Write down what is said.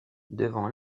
devant